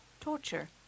torture